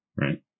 right